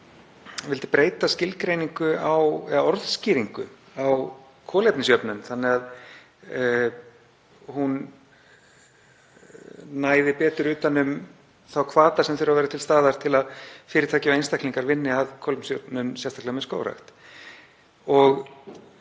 vildi breyta skilgreiningu eða orðskýringu á kolefnisjöfnun þannig að hún næði betur utan um þá hvata sem þurfa að vera til staðar til að fyrirtæki og einstaklingar vinni að kolefnisjöfnun, sérstaklega með skógrækt.